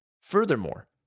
Furthermore